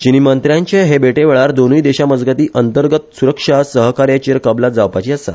चीनी मंत्र्यांचे हे भेटेवेळार दोनुय देशामजगती अंतर्गत सुरक्षा सहकार्याचेर कबलात जावपाची आसा